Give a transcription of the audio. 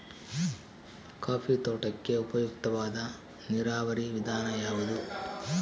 Coffee ತೋಟಕ್ಕೆ ಉಪಯುಕ್ತವಾದ ನೇರಾವರಿ ವಿಧಾನ ಯಾವುದು?